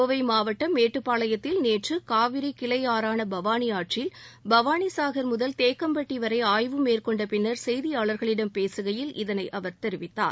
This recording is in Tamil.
கோவை மாவட்டம் மேட்டுப்பாளையத்தில் நேற்று காவிரி கிளை ஆறான பவானி ஆற்றில் பவானி சாகர் முதல் தேக்கம்பட்டி வரை ஆய்வு மேற்கொண்ட பின்னர் செய்தியாளர்களிடம் பேசுகையில் இதனை அவர் தெரிவித்தார்